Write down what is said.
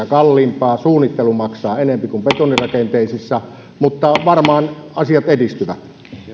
kalliimpaa ja suunnittelu maksaa enempi kuin betonirakenteisissa mutta varmaan asiat edistyvät